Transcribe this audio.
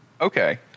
Okay